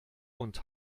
und